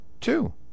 Two